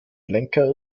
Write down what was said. lenker